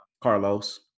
Carlos